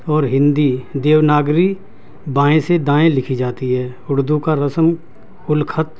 اور ہندی دیوناگری بائیں سے دائیں لکھی جاتی ہے اردو کا رسم الخط